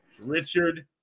richard